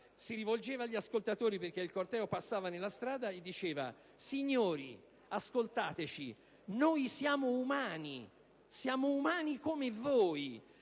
Si rivolgeva agli ascoltatori mentre il corteo passava per la strada e diceva: signori, ascoltateci, noi siamo umani come voi!